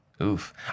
Oof